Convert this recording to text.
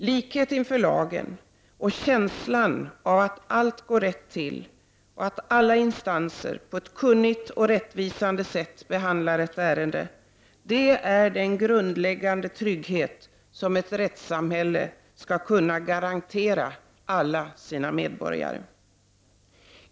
Likhet inför lagen och en känsla av att allt går rätt till och att alla instanser på ett kunnigt och rättvisande sätt behandlar ett ärende är den grundläggande trygghet ett rättssamhälle skall kunna garantera alla sina medborgare.